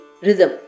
Rhythm